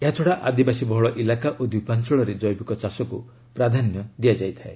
ଏହାଛଡ଼ା ଆଦିବାସୀ ବହୁଳ ଇଲାକା ଓ ଦ୍ୱୀପାଞ୍ଚଳରେ ଜୈବିକ ଚାଷକୁ ପ୍ରାଧାନ୍ୟ ଦିଆଯାଇଥାଏ